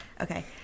Okay